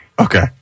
Okay